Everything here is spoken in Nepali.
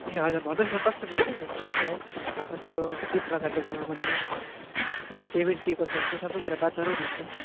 ए हजुर भन्नुहोस् न कस्तो प्रकारको के छ है कस्तो अब के प्रकारले गर्नुपर्ने हो पेमेन्ट के कसो हुन्छ सबै कुरा बात मारौँ न अन्त